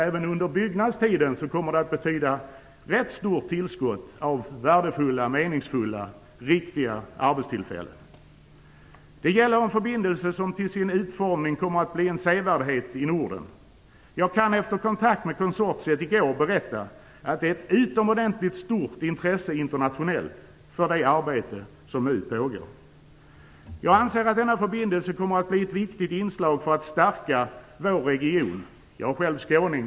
Även under byggnadstiden kommer det att betyda ett ganska stort tillskott av värdefulla, meningsfulla och riktiga arbetstillfällen. Det gäller en förbindelse som till sin utformning kommer att bli en sevärdhet i Norden. Efter mina kontakter med konsortiet i går kan jag berätta att det finns ett utomordentligt stort intresse internationellt för det arbete som nu pågår. Jag anser att denna förbindelse kommer att bli ett viktigt inslag för att stärka vår region. Jag är själv skåning.